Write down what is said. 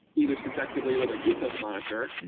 either subjectively or with a glucose monitor,